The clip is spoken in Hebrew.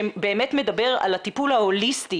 שבאמת מדבר על הטיפול ההוליסטי,